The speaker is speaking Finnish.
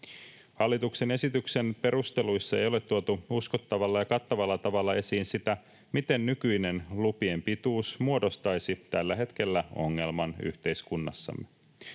Hallituksen esityksen perusteluissa ei ole tuotu uskottavalla ja kattavalla tavalla esiin sitä, miten nykyinen lupien pituus muodostaisi tällä hetkellä ongelman yhteiskunnassamme.